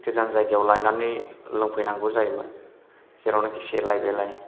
गोजान जायगायाव लायनानै लोंफैनांगौ जायोमोन जेरावनाखि सेलाय बेलाय